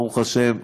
ברוך השם,